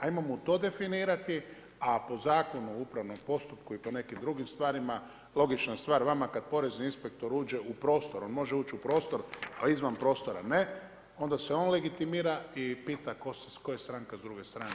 Ajmo mu to definirati, a po Zakonu o upravnom postupku i po nekim drugim stvarima logična stvar vama kada porezni inspektor uđe u prostor, on može uć u prostor, a izvan prostora ne, onda se on legitimira i pita tko je stranka s druge strane.